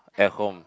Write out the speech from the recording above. at home